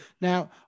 Now